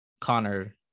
Connor